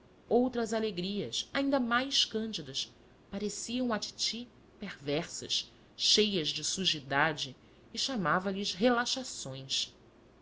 outras alegrias ainda mais cândidas pareciam à titi perversas cheias de sujidade e chamavalhes relaxações